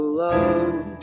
love